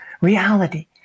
reality